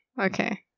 Okay